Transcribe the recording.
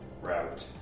route